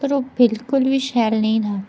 पर ओह् बिल्कुल बी शैल नेंई हा